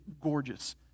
gorgeous